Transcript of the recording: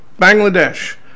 Bangladesh